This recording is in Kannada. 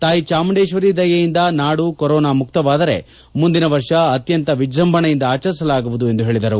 ತಾಯಿ ಚಾಮುಂಡೇಶ್ವರಿ ದಯೆಯಿಂದ ನಾಡು ಕೊರೋನಾ ಮುಕ್ತವಾದರೆ ಮುಂದಿನ ವರ್ಷ ಅತ್ಯಂತ ವಿಜೃಂಭಣೆಯಿಂದ ಆಚರಿಸಲಾಗುವುದು ಎಂದು ಹೇಳಿದರು